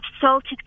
salted